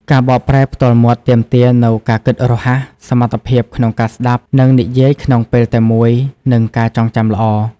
ការបកប្រែផ្ទាល់មាត់ទាមទារនូវការគិតរហ័ស សមត្ថភាពក្នុងការស្ដាប់ និងនិយាយក្នុងពេលតែមួយ និងការចងចាំល្អ។